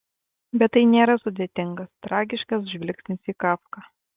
bet tai nėra sudėtingas tragiškas žvilgsnis į kafką